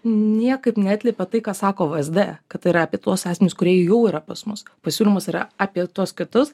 niekaip neatliepia tai ką sako v es d kad yra apie tuos asmenis kurie jau yra pas mus pasiūlymas yra apie tuos kitus